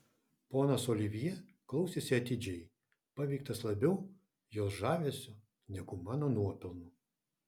ponas olivjė klausėsi atidžiai paveiktas labiau jos žavesio negu mano nuopelnų